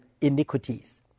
iniquities